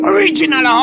Original